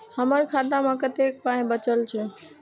हमर खाता मे कतैक पाय बचल छै